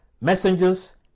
Messengers